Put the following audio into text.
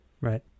Right